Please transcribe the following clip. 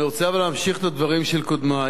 אני רוצה, אבל, להמשיך את הדברים של קודמי